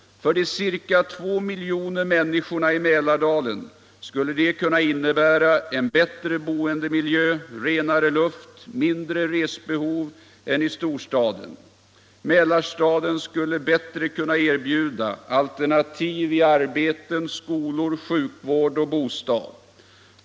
För de ca två miljonerna människor i Mälardalen skulle det kunna innebära en bättre boendemiljö, renare luft, mindre resbehov än i storstaden. Mälarstaden skulle bättre kunna erbjuda alternativ i arbeten, skolor, sjukvård och bostad.